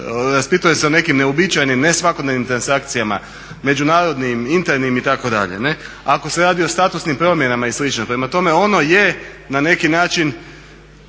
raspituje se o nekim neuobičajenim ne svakodnevnim transakcijama, međunarodnim, internim itd. ako se radi o statusnim promjenama i slično. Prema tome ono je na neki način